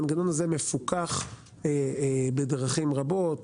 המנגנון הזה מפוקח בדרכים רבות,